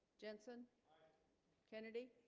jensen kennedy